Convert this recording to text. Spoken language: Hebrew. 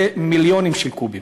זה מיליונים של קובים.